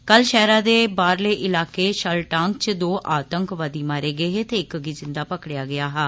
कल शैहरा दे बाहरे इलाके शालटांग च दो आतंकवादी मारे गे हे ते इक गी जिन्दा पकड़ेया गेया हा